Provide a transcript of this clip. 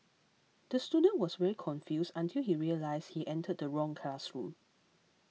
the student was very confused until he realised he entered the wrong classroom